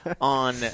on